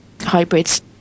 Hybrids